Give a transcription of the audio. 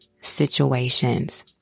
situations